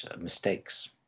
mistakes